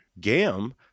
Gam